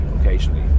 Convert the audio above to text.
occasionally